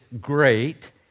great